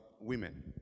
women